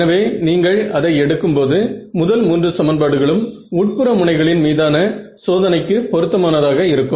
எனவே நீங்கள் அதை எடுக்கும் போது முதல் மூன்று சமன்பாடுகளும் உட்புற முனைகளின் மீதான சோதனைக்கு பொருத்தமானதாக இருக்கும்